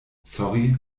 sorry